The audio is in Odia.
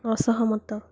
ଅସହମତ